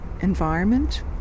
environment